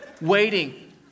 waiting